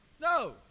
No